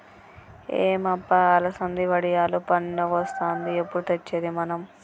ఏం అబ్బ అలసంది వడియాలు పండగొస్తాంది ఎప్పుడు తెచ్చేది మనం